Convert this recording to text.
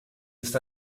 ist